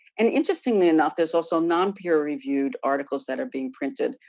and interestingly enough, there's also non-peer reviewed articles that are being printed,